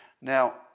Now